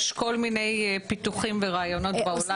יש כל מיני פיתוחים ורעיונות בעולם.